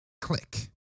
Click